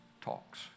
talks